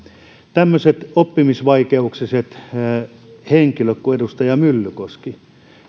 tämmöisille oppimisvaikeuksisille henkilöille kuin edustaja myllykoski